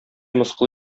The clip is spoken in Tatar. мыскыл